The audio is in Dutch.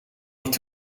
niet